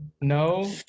no